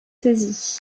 saisis